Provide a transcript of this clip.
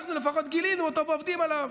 אנחנו לפחות גילינו אותו ועובדים עליו,